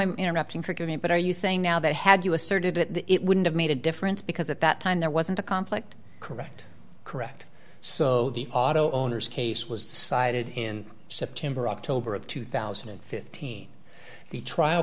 i'm interrupting forgive me but are you saying now that had you asserted that it wouldn't have made a difference because at that time there wasn't a conflict correct correct so the auto owner's case was decided in september or october of two thousand and fifteen the trial